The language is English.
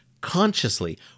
consciously